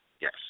Yes